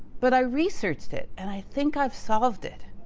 but i researched it and i think i've solved it.